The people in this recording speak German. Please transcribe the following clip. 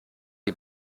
die